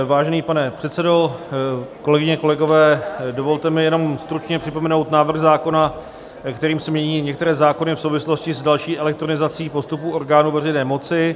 Vážený pane předsedo, kolegyně, kolegové, dovolte mi jenom stručně připomenout návrh zákona, kterým se mění některé zákony v souvislosti s další elektronizací postupů orgánů veřejné moci.